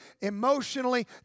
emotionally